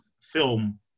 film